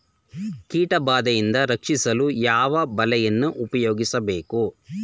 ಕೀಟಬಾದೆಯಿಂದ ರಕ್ಷಿಸಲು ಯಾವ ಬಲೆಯನ್ನು ಉಪಯೋಗಿಸಬೇಕು?